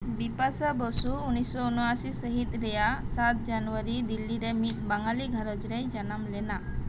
ᱵᱤᱯᱟᱥᱟ ᱵᱚᱥᱩ ᱩᱱᱤᱥ ᱥᱚ ᱩᱱᱚ ᱟᱥᱤ ᱥᱟᱹᱦᱤᱛ ᱨᱮᱭᱟᱜ ᱥᱟᱛ ᱡᱟᱱᱣᱟᱨᱤ ᱫᱤᱞᱞᱤ ᱨᱮ ᱢᱤᱫ ᱵᱟᱝᱟᱞᱤ ᱜᱷᱟᱨᱚᱸᱡᱽ ᱨᱮᱭ ᱡᱟᱱᱟᱢ ᱞᱮᱱᱟ